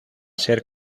ser